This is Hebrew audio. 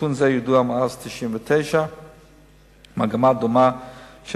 נתון זה ידוע מאז 1999. מגמה דומה של